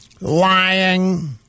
lying